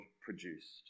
produced